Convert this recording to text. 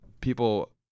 people